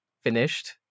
finished